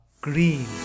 green